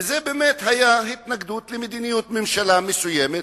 וזה באמת היה התנגדות למדיניות ממשלה מסוימת,